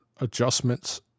adjustments